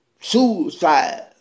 Suicide